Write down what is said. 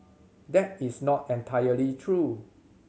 that is not entirely true